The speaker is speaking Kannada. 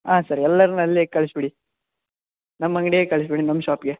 ಹಾಂ ಸರ್ ಎಲ್ಲರ್ನು ಅಲ್ಲೆ ಕಳಿಸ್ಬಿಡಿ ನಮ್ಮ ಅಂಗಡಿಗೆ ಕಳಿಸ್ಬಿಡಿ ನಮ್ಮ ಶಾಪಿಗೆ